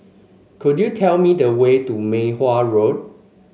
could you tell me the way to Mei Hwan Road